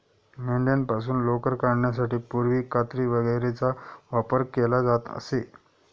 मेंढ्यांपासून लोकर काढण्यासाठी पूर्वी कात्री वगैरेचा वापर केला जात असे